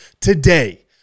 today